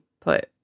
put